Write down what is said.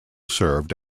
served